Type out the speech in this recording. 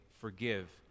forgive